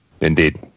Indeed